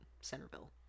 Centerville